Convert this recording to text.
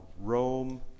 Rome